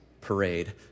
parade